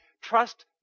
Trust